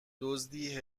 دزدی